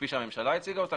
כפי שהממשלה הציגה אותה,